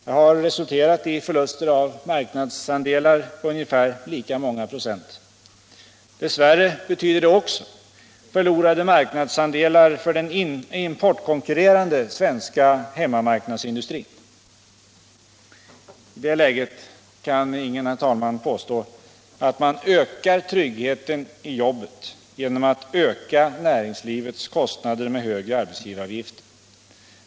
Detta har resulterat i förluster av marknadsandelar på ungefär lika många procent. Dessvärre betyder det också förlorade marknadsandelar för den importkonkurrerande svenska hemmamarknadsindustrin. I det läget kan ingen påstå att man ökar tryggheten i jobbet genom att öka näringslivets kostnader med högre arbetsgivaravgifter.